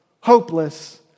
hopeless